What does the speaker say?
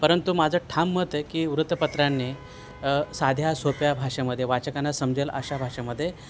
परंतु माझं ठाम मत की वृत्तपत्रांनी साध्या सोप्या भाषेमध्ये वाचकांना समजेल अशा भाषेमध्ये